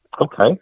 Okay